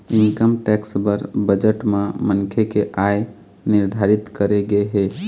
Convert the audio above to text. income tax बर budget म मनखे के आय निरधारित करे गे हे